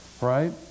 Right